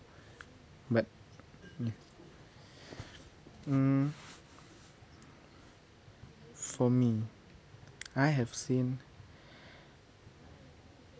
but mm um for me I have seen